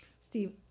Steve